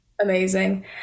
amazing